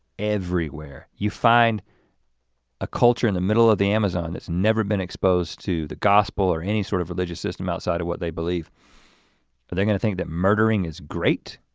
everywhere. you find a culture in the middle of the amazon that's never been exposed to the gospel or any sort of religious system outside of what they believe but they're gonna think that murdering is great?